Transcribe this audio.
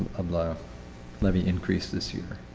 um like ah levy increase this year.